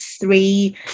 three